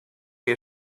que